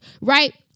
Right